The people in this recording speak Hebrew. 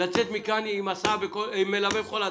לצאת מכאן עם מלווה בכל הסעה.